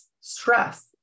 stress